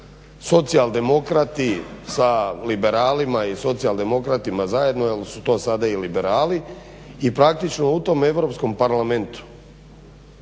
socijaldemokrati sa liberalima i socijaldemokratima zajedno jer su to sad i liberali i praktično u tom Europskom parlamentu